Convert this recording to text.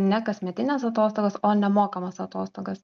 ne kasmetines atostogas o nemokamas atostogas